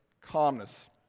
calmness